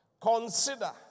consider